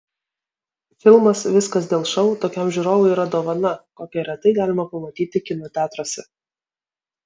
filmas viskas dėl šou tokiam žiūrovui yra dovana kokią retai galima pamatyti kino teatruose